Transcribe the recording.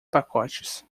pacotes